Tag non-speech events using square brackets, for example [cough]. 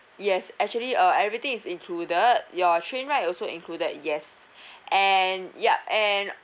yes actually uh everything is included your train ride also included yes [breath] and ya and